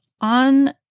on